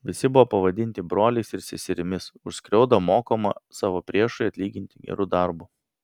visi buvo pavadinti broliais ir seserimis už skriaudą mokoma savo priešui atlyginti geru darbu